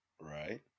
Right